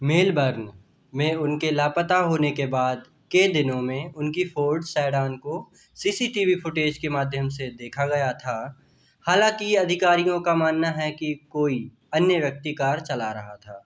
Melbourne में उनके लापता होने के बाद के दिनों में उनकी फ़ोर्ड सैडान को C C T V footage के माध्यम से देखा गया था हालांकि अधिकारियों का मानना है कि कोई अन्य व्यक्ति कार चला रहा था